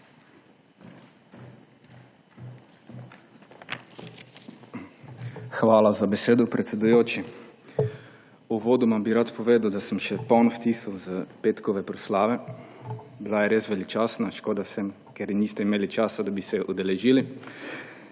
Hvala za besedo, predsedujoči. Uvodoma bi rad povedal, da sem še poln vtisov s petkove proslave. Bila je res veličastna, škoda, ker niste imeli časa, da bi se je udeležili.